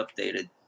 updated